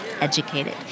educated